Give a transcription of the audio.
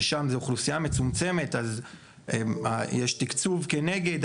ששם זה אוכלוסייה מצומצמת אז יש תקצוב כנגד.